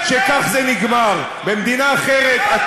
אתה קטן, קטן.